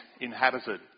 inhabited